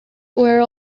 were